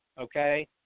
Okay